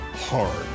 hard